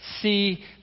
See